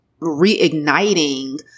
reigniting